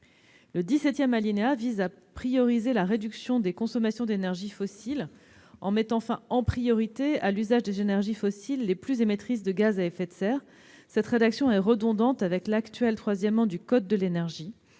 de fixer des priorités pour la réduction des consommations d'énergie fossile en mettant fin en premier lieu à l'usage des énergies fossiles les plus émettrices de gaz à effet de serre. Cette rédaction est redondante avec le 3° de l'article L. 100-4 du code de l'énergie,